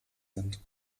sind